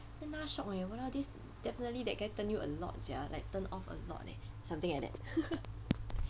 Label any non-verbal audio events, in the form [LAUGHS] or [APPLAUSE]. kena shocked eh !walao! this definitely that guy turn you a lot sia like turned off a lot eh something like that [LAUGHS]